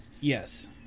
Yes